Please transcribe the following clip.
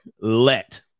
Let